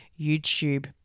YouTube